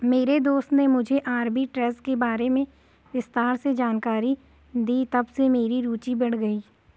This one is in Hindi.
मेरे दोस्त ने मुझे आरबी ट्रेज़ के बारे में विस्तार से जानकारी दी तबसे मेरी रूचि बढ़ गयी